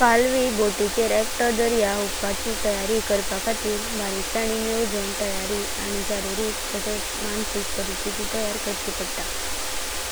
पलावी बोटिचेर एकतो दर्या हूपापाची तयारी करपाखातिरा बारिकासानीं येवजणा। तयारी आनी शरीरिक आनी मानसिक परिस्थीती तयार कराची पाडता।